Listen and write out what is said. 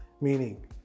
Meaning